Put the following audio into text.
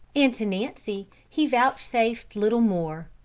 and to nancy he vouchsafed little more.